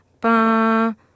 ba